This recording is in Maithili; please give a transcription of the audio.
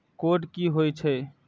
कोड की होय छै?